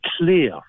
clear